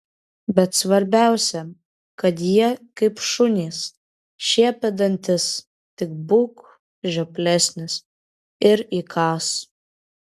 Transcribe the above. bet svarbiausia kad jie kaip šunys šiepia dantis tik būk žioplesnis ir įkąs